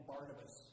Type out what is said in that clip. Barnabas